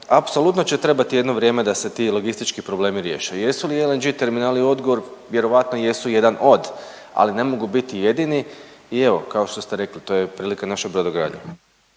apsolutno će trebati jedno vrijeme da se ti logistički problemi riješe. Jesu li LNG terminali odgovor, vjerojatno jesu jedan od, ali ne mogu biti jedini i evo kao što ste rekli to je prilika naše …/Govornik